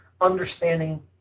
understanding